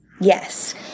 Yes